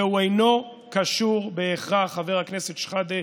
והוא אינו קשור בהכרח, חבר הכנסת שחאדה,